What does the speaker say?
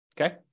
Okay